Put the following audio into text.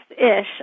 ish